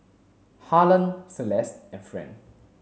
Harlan Celeste and Friend